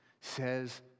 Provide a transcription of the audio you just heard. says